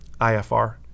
IFR